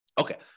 Okay